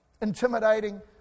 intimidating